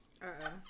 -uh